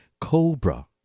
cobra